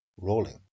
rolling